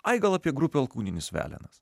ai gal apie grupę alkūninis velenas